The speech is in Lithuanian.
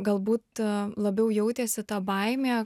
galbūt labiau jautėsi ta baimė